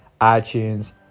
iTunes